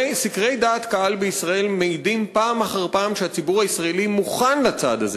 סקרי דעת קהל בישראל מעידים פעם אחר פעם שהציבור הישראלי מוכן לצעד הזה,